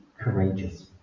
courageous